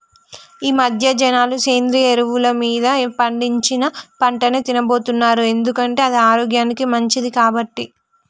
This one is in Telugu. ఈమధ్య జనాలు సేంద్రియ ఎరువులు మీద పండించిన పంటనే తిన్నబోతున్నారు ఎందుకంటే అది ఆరోగ్యానికి మంచిది కాబట్టి